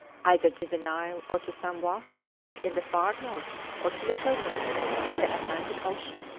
either to the nile or to some vast lake in the far north or to the congo and the atlantic ocean.